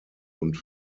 und